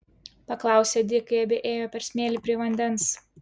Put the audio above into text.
paklausė di kai abi ėjo per smėlį prie vandens